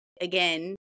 again